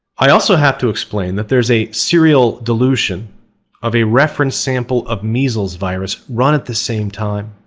i also have to explain that there's a serial dilution of a reference sample of measles virus run at the same time.